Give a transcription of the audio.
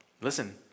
listen